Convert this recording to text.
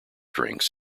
drinks